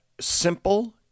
Simple